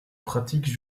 pratiques